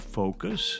focus